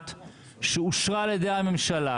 בואו נדבר עליהם,